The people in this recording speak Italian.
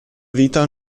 vita